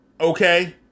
Okay